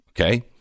Okay